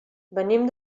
venim